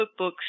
cookbooks